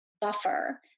buffer